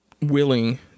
willing